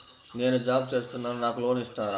నేను జాబ్ చేస్తున్నాను నాకు లోన్ ఇస్తారా?